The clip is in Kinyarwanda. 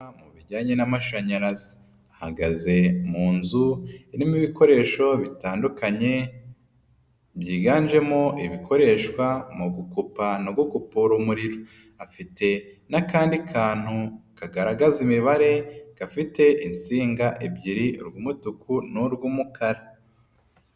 Mu bijyanye n'amashanyarazi ahahagaze mu nzu irimo ibikoresho bitandukanye, byiganjemo ibikoreshwa mu gukopa no gukupura umuriro. Afite n'akandi kantu kagaragaza imibare gafite insinga ebyiri umutuku n'urw'umukara.